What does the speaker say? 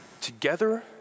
together